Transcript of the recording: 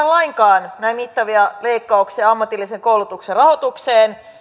lainkaan näin mittavia leikkauksia ammatillisen koulutuksen rahoitukseen